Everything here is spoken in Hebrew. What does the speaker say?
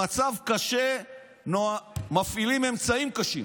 במצב קשה מפעילים אמצעים קשים.